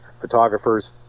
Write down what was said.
photographers